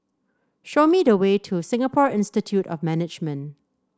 show me the way to Singapore Institute of Management